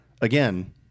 again